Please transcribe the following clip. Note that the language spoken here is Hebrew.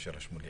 בזום.